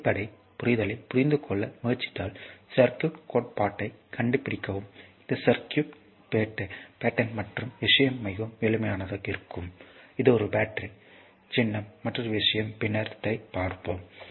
அடிப்படை புரிதலைப் புரிந்து கொள்ள முயற்சித்தால் சர்க்யூட்க் கோட்பாட்டைக் கண்டுபிடிக்கவும் இந்த சர்க்யூட்க் பேட்டர்ன் மற்றொரு விஷயம் மிகவும் எளிமையானது இது ஒரு பேட்டரி இது ஒரு பேட்டரி சின்னம் மற்றொரு விஷயம் பின்னர் பார்ப்போம்